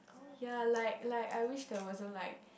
ya like like I wish there wasn't like